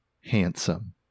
handsome